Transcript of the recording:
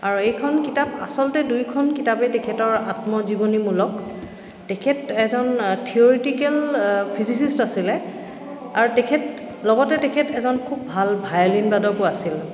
আৰু এইখন কিতাপ আচলতে দুইখন কিতাপেই তেখেতৰ আত্মজীৱনীমূলক তেখেত এজন থিয়ৰিটিকেল ফিজিচিষ্ট আছিলে আৰু তেখেত লগতে তেখেত এজন খুব ভাল ভায়লিন বাদকো আছিল